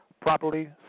properly